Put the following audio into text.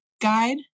guide